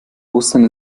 ostern